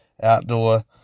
outdoor